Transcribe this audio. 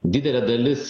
didelė dalis